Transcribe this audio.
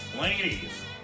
Ladies